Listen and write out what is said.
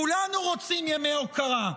כולנו רוצים ימי הוקרה,